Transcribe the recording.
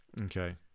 Okay